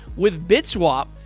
with bitswap,